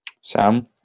Sam